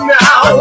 now